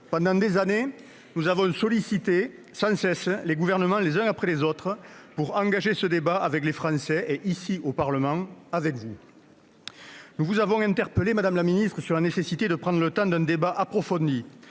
Pendant des années, nous avons sollicité, sans cesse, les gouvernements, les uns après les autres, afin d'engager ce débat avec les Français et, au Parlement, avec vous. Nous vous avons interpellée, madame la ministre, au sujet de la nécessité de prendre le temps d'avoir un débat approfondi